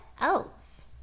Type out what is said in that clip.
else